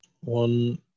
One